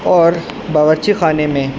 اور باورچی خانے میں